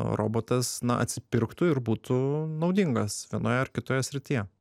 robotas na atsipirktų ir būtų naudingas vienoje ar kitoje srityje